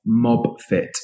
Mobfit